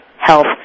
health